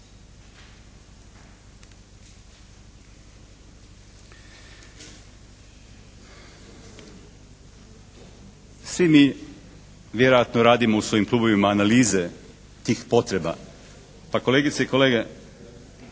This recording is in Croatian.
Svi mi vjerojatno radimo u svojim klubovima analize tih potreba. Pa kolegice i kolege,